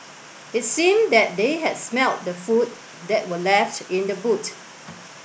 it seemed that they had smelt the food that were left in the boot